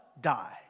die